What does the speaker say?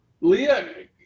leah